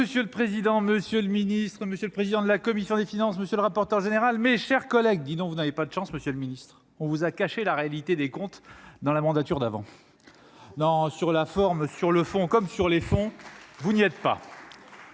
Monsieur le président, monsieur le ministre, monsieur le président de la commission des finances, monsieur le rapporteur général, mes chers collègues, dit donc, vous n'avez pas de chance, Monsieur le Ministre on vous a caché la réalité des comptes dans la mandature d'avant, non sur la forme, sur le fond comme sur les fonds, vous n'êtes pas.